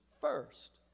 first